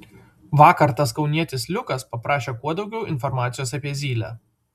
vakar tas kaunietis liukas paprašė kuo daugiau informacijos apie zylę